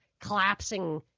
collapsing